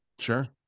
Sure